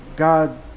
God